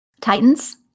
titans